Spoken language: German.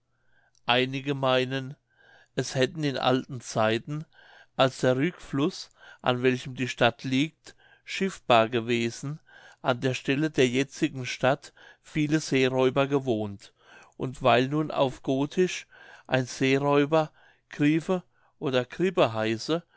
einige meinen es hätten in alten zeiten als der rykfluß an welchem die stadt liegt schiffbar gewesen an der stelle der jetzigen stadt viele seeräuber gewohnt und weil nun auf gothisch ein seeräuber grife oder gripe heiße